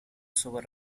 sober